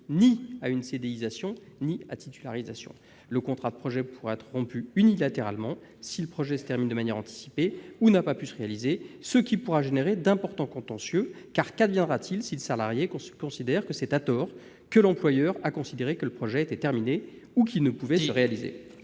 ni à une CDIsation ni à une titularisation. Le contrat de projet pourra être rompu unilatéralement, si le projet se termine de manière anticipée ou ne peut pas se réaliser. Cette disposition pourra provoquer d'importants contentieux : qu'adviendra-t-il si le salarié considère que l'employeur a estimé à tort que le projet était terminé ou qu'il ne pouvait se réaliser ?